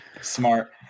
Smart